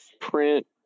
print